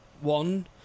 one